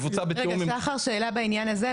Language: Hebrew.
רגע, שחר, שאלה בעניין הזה.